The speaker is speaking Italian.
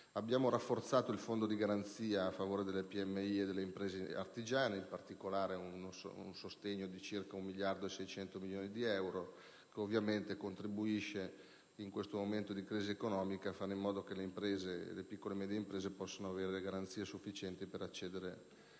Abbiamo rafforzato il Fondo di garanzia a favore delle piccole e medie imprese e delle imprese artigiane, in particolare con un sostegno di circa 1.600 milioni di euro, che ovviamente contribuisce, in questo momento di crisi economica, a fare in modo che le piccole e medie imprese possano avere garanzie sufficienti per accedere al